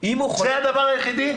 זה הדבר היחיד?